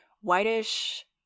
whitish